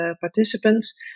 participants